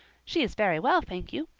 she is very well, thank you.